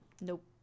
Nope